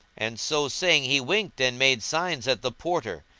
and so saying he winked and made signs at the porter.